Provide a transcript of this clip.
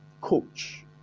coach